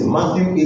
Matthew